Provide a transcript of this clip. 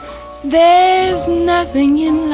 there's nothing in